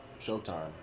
showtime